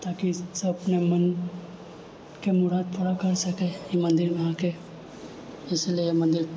ताकि सभ अपने मनके मुराद पूरा कर सकए ई मन्दिरमे आ कऽ इसलिए ई मन्दिर